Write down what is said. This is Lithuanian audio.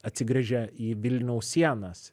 atsigręžia į vilniaus sienas